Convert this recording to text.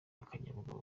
akanyabugabo